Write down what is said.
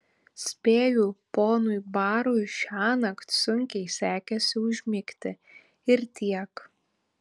spėju ponui barui šiąnakt sunkiai sekėsi užmigti ir tiek